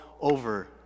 over